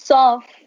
Soft